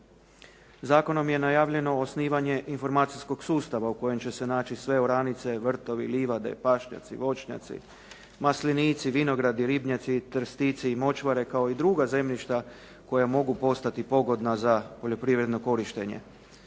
Zakonom je najavljeno osnivanje informacijskog sustava o kojem će se naći sve oranice, vrtovi, livade, pašnjaci, voćnjaci, maslinici, vinogradi, ribnjaci, trstici, močvare kao i druga zemljišta koja mogu postati pogodna za poljoprivredno korištenje.